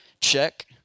check